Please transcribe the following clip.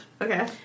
Okay